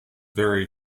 vary